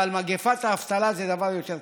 אבל מגפת האבטלה זה דבר יותר קשה.